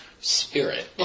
Spirit